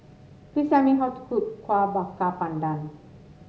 please tell me how to cook Kueh Bakar Pandan